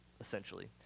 essentially